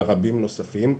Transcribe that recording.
ורבים נוספים,